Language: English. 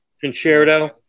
Concerto